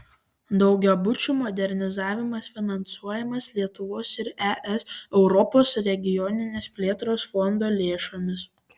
daugiabučių modernizavimas finansuojamas lietuvos ir es europos regioninės plėtros fondo lėšomis